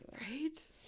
Right